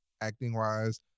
Acting-wise